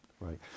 Right